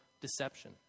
deception